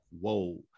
whoa